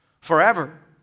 forever